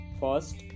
first